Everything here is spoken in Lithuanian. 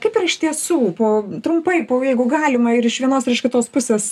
kaip ir iš tiesų po trumpai po jeigu galima ir iš vienos ir iš kitos pusės